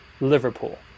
Liverpool